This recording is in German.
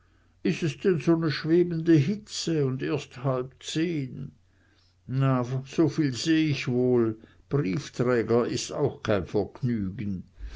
is es denn so ne schwebende hitze un erst halb zehn na soviel seh ich woll briefträger is auch kein vergnügen